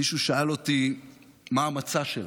מישהו שאל אותי מה המצע שלה.